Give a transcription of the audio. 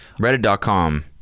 reddit.com